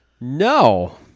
No